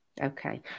Okay